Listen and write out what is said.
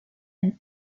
and